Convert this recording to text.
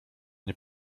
nie